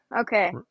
Okay